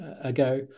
ago